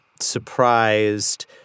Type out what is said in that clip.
surprised